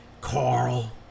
Carl